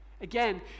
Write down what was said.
Again